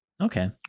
Okay